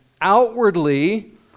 outwardly